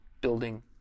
building